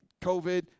covid